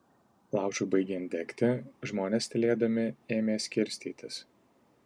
laužui baigiant degti žmonės tylėdami ėmė skirstytis